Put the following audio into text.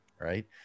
right